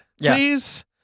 please